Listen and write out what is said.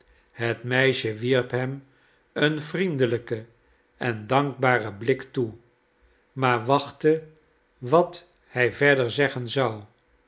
het meisje wierp hem een vriendelijken en dankbaren blik toe maar wachtte wat hij verder zeggen zou